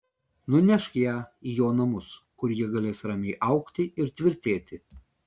nunešk ją į jo namus kur ji galės ramiai augti ir tvirtėti